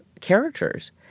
characters